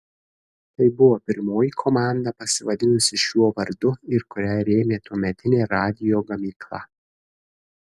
tai buvo pirmoji komanda pasivadinusi šiuo vardu ir kurią rėmė tuometinė radijo gamykla